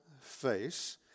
face